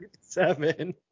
Seven